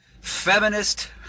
feminist